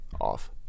off